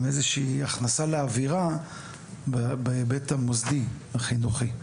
עם איזושהי הכנסה לאווירה בהיבט המוסדי החינוכי.